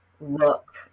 look